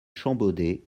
champbaudet